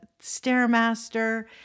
Stairmaster